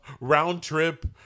round-trip